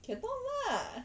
cannot lah